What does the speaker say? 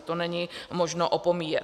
To není možno opomíjet.